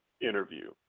interview